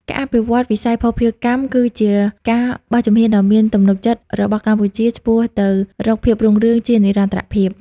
ការអភិវឌ្ឍវិស័យភស្តុភារកម្ម គឺជាការបោះជំហានដ៏មានទំនុកចិត្តរបស់កម្ពុជាឆ្ពោះទៅរកភាពរុងរឿងជានិរន្តរភាព។